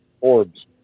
orbs